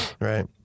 right